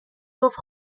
گفت